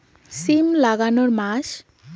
সিম লাগানোর মাস?